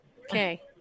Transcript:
Okay